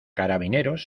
carabineros